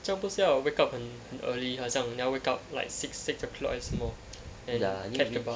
这不是要 wake up 很很 early 好像你要 wake up like six six o'clock 还是什么 then catch the bus